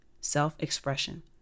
self-expression